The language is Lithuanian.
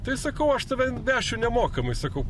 tai sakau aš tave vešiu nemokamai sakau